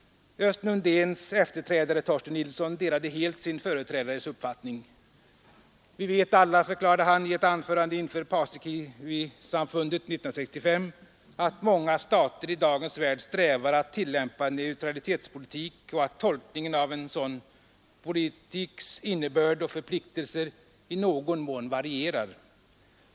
Östen Undéns efterträdare Torsten Nilsson delade helt sin företrädares uppfattning. ”Vi vet alla”, förklarade han i ett anförande inför Paasikivisamfundet 1965, ”att många stater i dagens värld strävar att tillämpa neutralitetspolitik och att tolkningen av en sådan politiks innebörd och förpliktelser i någon mån varierar.